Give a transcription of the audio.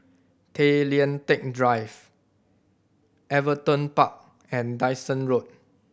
Tay Lian Teck Drive Everton Park and Dyson Road